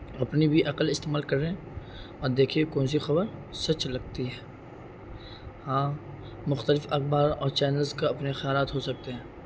اور اپنی بھی عقل استعمال کریں اور دیکھیں کون سی خبر سچ لگتی ہے ہاں مختلف اخبار اور چینلز کا اپنے خیالاات ہو سکتے ہیں